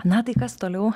na tai kas toliau